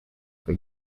for